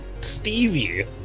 Stevie